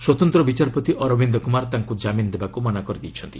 ସ୍ୱତନ୍ତ୍ର ବିଚାରପତି ଅରବିନ୍ଦ କୁମାର ତାଙ୍କୁ କ୍ରାମିନ୍ ଦେବାକୁ ମନା କରିଦେଇଛନ୍ତି